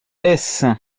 est